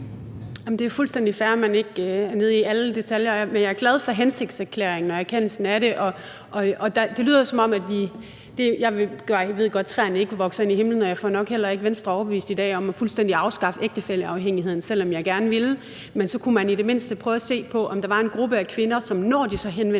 Det er fuldstændig fair, at man ikke er nede i alle detaljer, men jeg er glad for hensigtserklæringen og erkendelsen af det. Jeg ved godt, at træerne ikke vokser ind i himlen, og jeg får nok heller ikke Venstre overbevist om fuldstændig at afskaffe ægtefælleafhængigheden i dag, selv om jeg gerne ville, men så kunne man i det mindste prøve at se på, om der var en gruppe af kvinder, som så, når de henvender